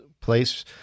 place